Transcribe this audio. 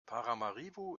paramaribo